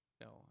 No